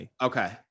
Okay